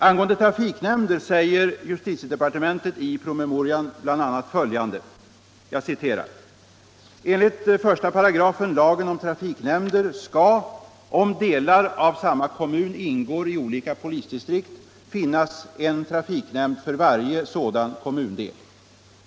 Angående trafiknämnder säger justitiedepartementet i promemorian 35 bl.a. följande: ”Enligt 1§ lagen om trafiknämnder skall — om delar av samma kommun ingår i olika polisdistrikt — finnas en trafiknämnd för varje sådan kommundel.